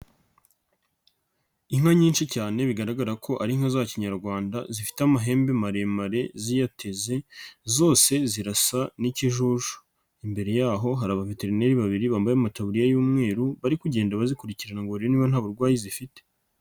Inka nyinshi cyane bigaragara ko ari inka za kinyarwanda zifite amahembe maremare ziyateze zose zirasa n'ikijuju, imbere y'aho hari abaveterineri babiri bambaye amataburiya y'umweru bari kugenda bazikurikirana ngo barebe niba nta burwayi zifite.